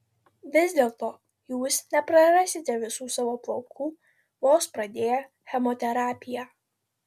vis dėlto jūs neprarasite visų savo plaukų vos pradėję chemoterapiją